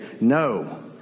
no